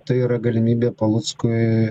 tai yra galimybė paluckui